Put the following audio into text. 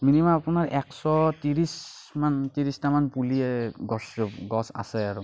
minimum আপোনাৰ এক শ ত্ৰিছমান ত্ৰিছটামান পুলিয়ে গছ গছ আছে আৰু